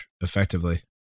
effectively